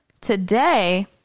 today